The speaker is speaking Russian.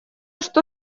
что